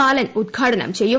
ബാലൻ ഉദ്ഘാടനം ചെയ്യും